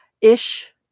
Ish